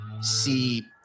see